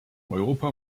europa